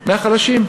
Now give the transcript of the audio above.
מהחלשים,